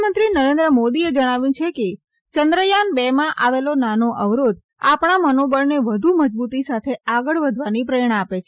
પ્રધાનમંત્રી નરેન્દ્ર મોદીએ જણાવ્યું કે ચંદ્રયાન બે માં આવેલો નાનો અવરોધ આપણા મનોબળને વધુ મજબુતી સાથે આગળ વધવાની પ્રેરણા આપે છે